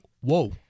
whoa